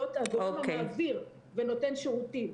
להיות הגורם המעביר ונותן שירותים.